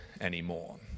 anymore